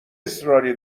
اصراری